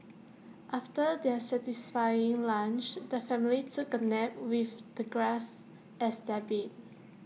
after their satisfying lunch the family took A nap with the grass as their bed